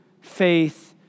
faith